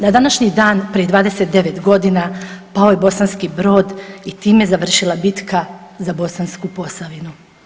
Na današnji dan prije 29 godina pao je Bosanski Brod i time je završila bitka za Bosansku Posavinu.